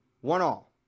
One-all